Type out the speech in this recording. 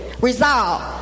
resolve